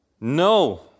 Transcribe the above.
No